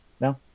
no